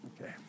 Okay